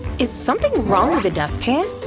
is something wrong with the dustpan?